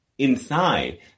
inside